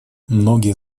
многие